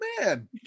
man